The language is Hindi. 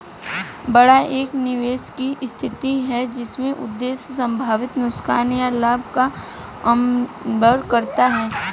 बाड़ा एक निवेश की स्थिति है जिसका उद्देश्य संभावित नुकसान या लाभ को अन्तर्लम्ब करना है